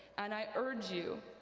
and i urge you,